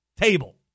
table